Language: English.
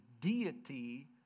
deity